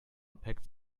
packed